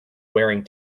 wearing